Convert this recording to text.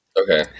Okay